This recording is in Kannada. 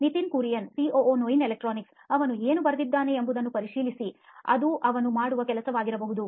ನಿತಿನ್ ಕುರಿಯನ್ ಸಿಒಒ ನೋಯಿನ್ ಎಲೆಕ್ಟ್ರಾನಿಕ್ಸ್ ಅವನು ಏನು ಬರೆದಿದ್ದಾನೆ ಎಂಬುದನ್ನು ಪರಿಶೀಲಿಸಿ ಅದು ಅವನು ಮಾಡುವ ಕೆಲಸವಾಗಿರಬಹುದು